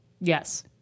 Yes